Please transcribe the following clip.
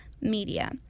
media